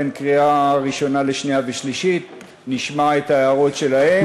בין קריאה ראשונה לשנייה ושלישית נשמע את ההערות שלהם